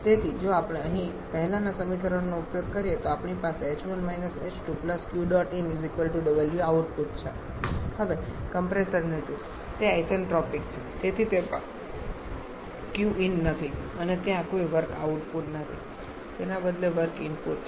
તેથી જો આપણે અહીં પહેલાના સમીકરણનો ઉપયોગ કરીએ તો આપણી પાસે હવે કમ્પ્રેસરને જુઓ તે આઇસેન્ટ્રોપિક છે તેથી તેમાં qin નથી અને ત્યાં કોઈ વર્ક આઉટપુટ નથી તેના બદલે વર્ક ઇનપુટ છે